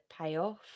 payoff